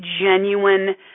genuine